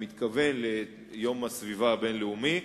במתכוון ליום הסביבה הבין-לאומי,